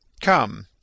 Come